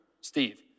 Steve